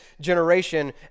generation